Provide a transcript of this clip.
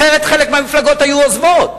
אחרת חלק מהמפלגות היו עוזבות,